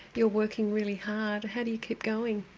you're working really hard, how do you keep going?